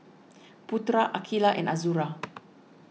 Putra Aqilah and Azura